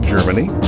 Germany